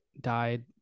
died